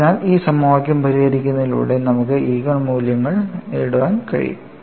അതിനാൽ ഈ സമവാക്യം പരിഹരിക്കുന്നതിലൂടെ നമുക്ക് ഈജൻ മൂല്യങ്ങൾ നേടാൻ കഴിയും